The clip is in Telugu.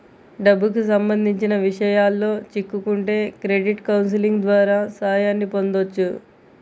డబ్బుకి సంబంధించిన విషయాల్లో చిక్కుకుంటే క్రెడిట్ కౌన్సిలింగ్ ద్వారా సాయాన్ని పొందొచ్చు